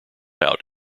out